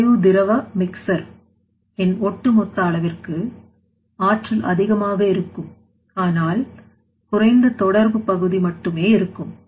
எரிவாயு திரவ மிக்ஸர் இன் ஒட்டுமொத்த அளவிற்கு ஆற்றல் அதிகமாக இருக்கும் ஆனால் குறைந்த தொடர்பு பகுதி மட்டுமே இருக்கும்